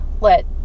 let